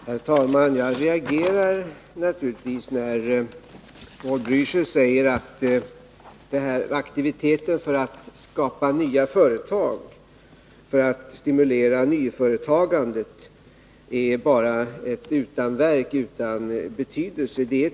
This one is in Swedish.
Herr talman! Jag reagerar naturligtvis när Raul Blächer säger att aktiviteten för att stimulera nyföretagande bara är ett utanverk utan betydelse.